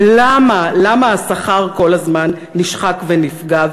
ולמה השכר כל הזמן נשחק ונפגע?